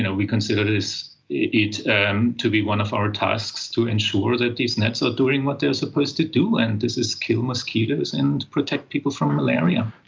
ah we consider it ah um to be one of our tasks to ensure that these nets are doing what they are supposed to do and this is kill mosquitoes and protect people from malaria.